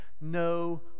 no